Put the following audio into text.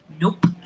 Nope